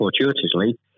fortuitously